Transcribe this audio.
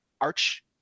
Arch